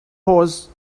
horse